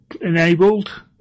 enabled